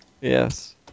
Yes